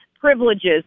privileges